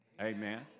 Amen